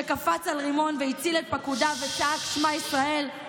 שקפץ על רימון והציל את פקודיו וצעק שמע ישראל,